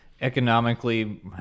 economically